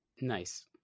nice